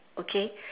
okay